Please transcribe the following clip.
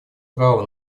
право